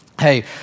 hey